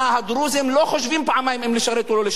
הדרוזים לא חושבים פעמיים אם לשרת או לא לשרת.